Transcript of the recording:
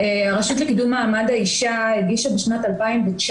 הרשות לקידום מעמד האישה הגישה בשנת 2019